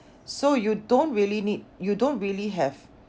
so you don't really need you don't really have